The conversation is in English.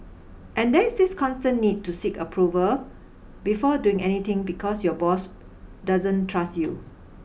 and there is this constant need to seek approval before doing anything because your boss doesn't trust you